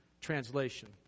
Translation